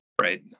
right